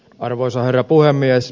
arvoisa herra puhemies